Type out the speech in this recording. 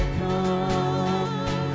come